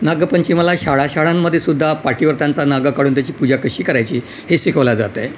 नागपंचमीला शाळा शाळांमध्ये सुद्धा पाटीवर त्यांचा नाग काढून त्याची पूजा कशी करायची हे शिकवले जातं आहे